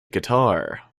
guitar